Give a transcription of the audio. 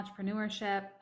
entrepreneurship